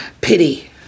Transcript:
pity